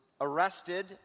arrested